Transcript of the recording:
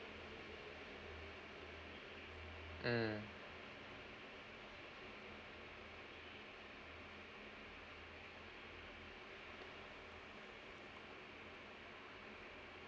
mm